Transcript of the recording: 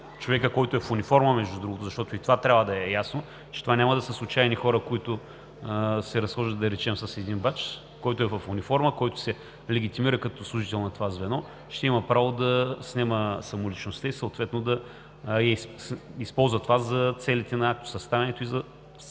– във всеки случай. Между другото, защото и това трябва да е ясно, това няма да са случайни хора, които се разхождат, да речем, с един бадж, а човекът, който е в униформа, който се легитимира като служител на това звено, ще има право да снема самоличността и съответно да използва това за целите на актосъставянето и за спазването